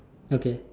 okay